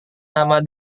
nama